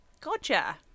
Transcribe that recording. Gotcha